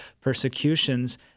persecutions